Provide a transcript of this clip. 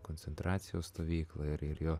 koncentracijos stovyklą ir ir jo